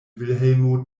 vilhelmo